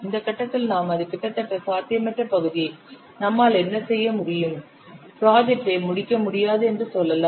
இந்த கட்டத்தில் நாம் அது கிட்டத்தட்ட சாத்தியமற்ற பகுதி நம்மால் என்ன செய்ய முடியும் ப்ராஜெக்டை முடிக்க முடியாது என்று சொல்லலாம்